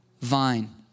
vine